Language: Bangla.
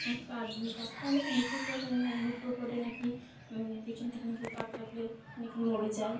এক প্রায় নাকি দুপুর পরে না দুপুর পরে নাকি পেছন থেকে নাকি কাক ডাকলে নাকি মরে যায়